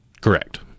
correct